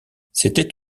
c’était